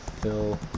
Phil